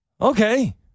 Okay